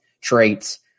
traits